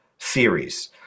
theories